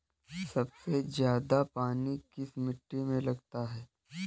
सबसे ज्यादा पानी किस मिट्टी में लगता है?